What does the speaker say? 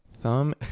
thumb